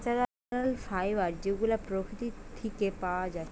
natural fibre যেগুলা প্রকৃতি থিকে পায়া যাচ্ছে